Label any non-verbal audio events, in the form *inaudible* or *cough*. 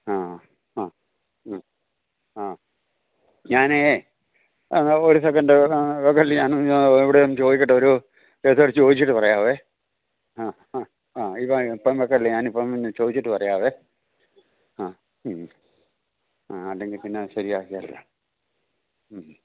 ആ ആ മ്മ് ആ ഞാനേ ഒരു സെക്കൻറ്റ് വയ്ക്കരുത് ഞാനൊന്ന് ഇവിടെയൊന്നു ചോദിക്കട്ടെ ഒരു *unintelligible* ചോദിച്ചിട്ടു പറയാവേ ആ ആ ആ ഇപ്പോള് ഇപ്പോള് വയ്ക്കല്ലേ ഞാനിപ്പോള് പിന്നെ ചോദിച്ചിട്ട് പറയാവേ ആ മ്മ് മ്മ് ആ അല്ലെങ്കില്പ്പിന്നെ ശരിയാകുകേലല്ലോ മ്മ്